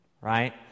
Right